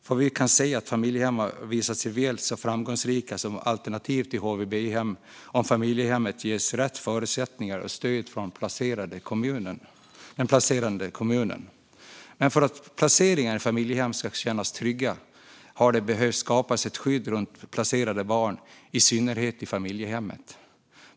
Vi kan nämligen se att familjehem har visat sig väl så framgångsrika som alternativ till HVB-hem om familjehemmet ges rätt förutsättningar och stöd från den placerande kommunen. Men för att placeringar i familjehem ska kännas trygga har det behövt skapas ett skydd runt placerade barn, i synnerhet i familjehemmet.